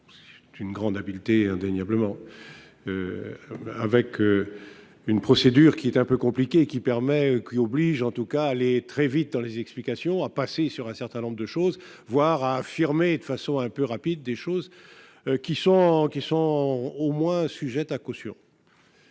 d'une grande habileté indéniablement avec. Une procédure qui est un peu compliqué qui permet, qui oblige en tout cas aller très vite dans les explications à passer sur un certain nombre de choses voir affirmer de façon un peu rapide des choses qui sont, qui sont au moins sujette à caution.